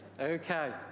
Okay